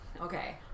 okay